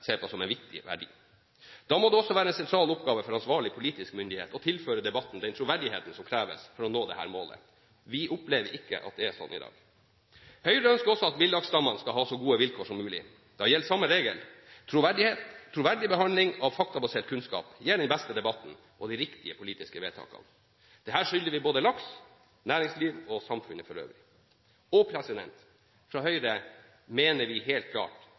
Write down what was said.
ser på som en viktig verdi. Da må det også være en sentral oppgave for ansvarlig politisk myndighet å tilføre debatten den troverdigheten som kreves for å nå dette målet. Vi opplever ikke at det er sånn i dag. Høyre ønsker også at villaksstammene skal ha så gode vilkår som mulig. Da gjelder samme regel. Troverdig behandling av faktabasert kunnskap gir den beste debatten og de riktige politiske vedtakene. Dette skylder vi både laks, næringsliv og samfunnet for øvrig. Fra Høyre mener vi helt klart